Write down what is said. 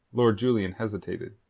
lord julian hesitated.